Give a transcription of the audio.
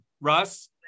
Russ